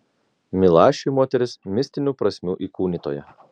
milašiui moteris mistinių prasmių įkūnytoja